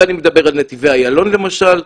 ואני מדבר על נתיבי איילון למשל,